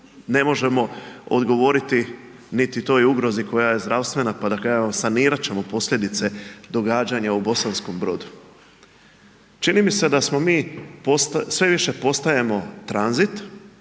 ne možemo odgovoriti niti toj ugrozi koja je zdravstvena pa da kažemo evo sanirati ćemo posljedice događanja u Bosanskom Brodu. Čini mi se da smo mi, sve više postajemo tranzit